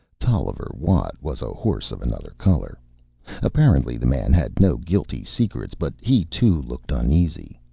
tolliver watt was a horse of another color apparently the man had no guilty secrets but he too looked uneasy.